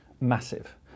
massive